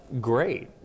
great